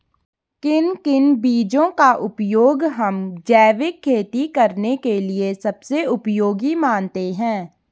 किन किन बीजों का उपयोग हम जैविक खेती करने के लिए सबसे उपयोगी मानते हैं?